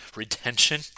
retention